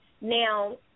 now